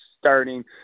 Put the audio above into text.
starting